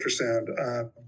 ultrasound